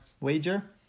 wager